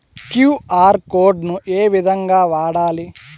QR code ను ఏ విధంగా వాడాలి?